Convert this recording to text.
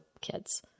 kids